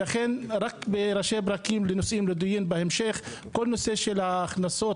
לכן אתן רק ראשי פרקים לדיון בהמשך: על כל הנושא של ההכנסות